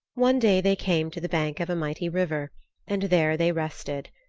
one day they came to the bank of a mighty river and there they rested,